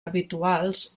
habituals